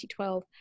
2012